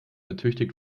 ertüchtigt